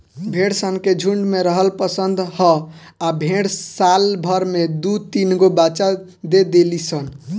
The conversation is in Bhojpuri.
भेड़ सन के झुण्ड में रहल पसंद ह आ भेड़ साल भर में दु तीनगो बच्चा दे देली सन